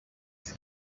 like